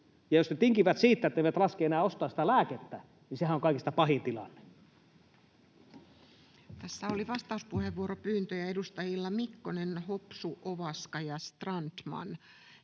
jos he tinkivät siitä, etteivät raski enää ostaa sitä lääkettä, niin sehän on kaikista pahin tilanne. Tässä oli edustaja Vähämäen puheenvuoron johdosta vastauspuheenvuoropyyntöjä edustajilla Mikkonen, Hopsu, Ovaska ja Strandman.